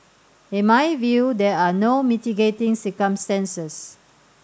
in my view there are no mitigating circumstances